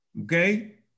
Okay